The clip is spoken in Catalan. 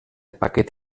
paquet